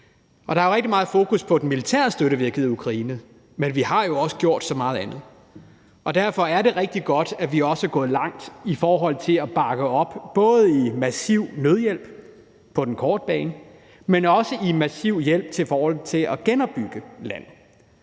rigtig meget fokus på den militære støtte, vi har givet Ukraine, men vi har jo også gjort så meget andet, og derfor er det rigtig godt, at vi også er gået langt i forhold til at bakke op, både med massiv nødhjælp på den korte bane, men også med massiv hjælp i forhold til at genopbygge landet,